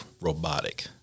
robotic